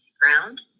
ground